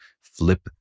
flip